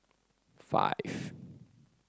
five